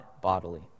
bodily